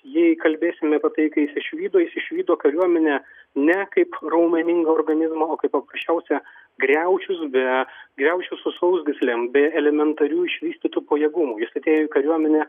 jei kalbėsim apie tai ką jis išvydo jis išvydo kariuomenę ne kaip raumeningą organizmą o kaip paprasčiausią griaučius be griaučius su sausgyslėm be elementarių išvystytų pajėgumų jis atėjo į kariuomenę